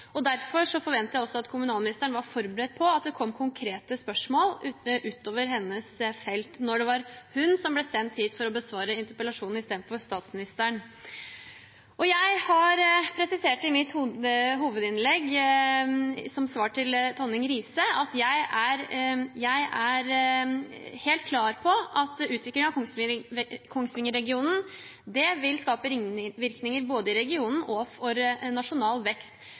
Derfor forventet jeg også at kommunalministeren var forberedt på at det kom konkrete spørsmål ut over hennes felt når det var hun som ble sendt hit for å besvare interpellasjonen i stedet for statsministeren. Jeg presiserte i mitt hovedinnlegg – som svar til Tonning Riise – at jeg er helt klar på at utviklingen av Kongsvinger-regionen vil skape ringvirkninger både i regionen og for nasjonal vekst.